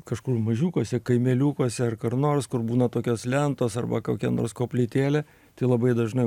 kažkur mažiukuose kaimeliukuose ar kur nors kur būna tokios lentos arba kokia nors koplytėlė tai labai dažnai